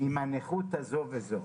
בנכות הזו והזו?